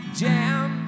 jam